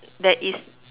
that is